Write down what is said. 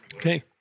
Okay